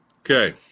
okay